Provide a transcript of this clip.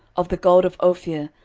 of the gold of ophir,